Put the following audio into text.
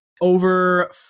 over